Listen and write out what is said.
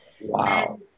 Wow